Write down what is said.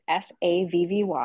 savvy